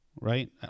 right